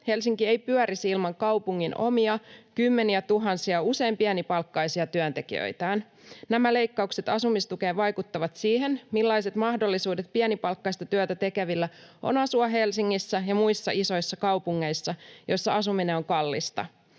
Helsinki ei pyörisi ilman kaupungin omia kymmeniätuhansia, usein pienipalkkaisia, työntekijöitä. Nämä leikkaukset asumistukeen vaikuttavat siihen, millaiset mahdollisuudet pienipalkkaista työtä tekevillä on asua Helsingissä ja muissa isoissa kaupungeissa, joissa asuminen on kallista.